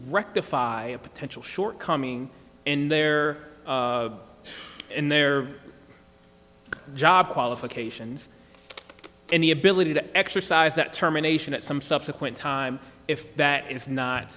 rectify a potential shortcoming in their in their job qualifications and the ability to exercise that terminations at some subsequent time if that is not